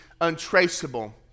untraceable